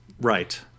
Right